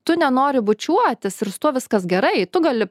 tu nenori bučiuotis ir su tuo viskas gerai tu gali